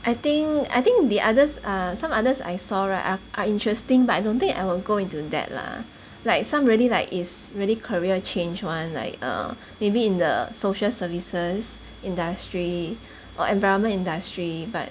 I think I think the others are some others I saw right are are interesting but I don't think I will go into that lah like some really like is really career change [one] like err maybe in the social services industry or environment industry but